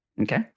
Okay